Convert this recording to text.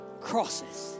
crosses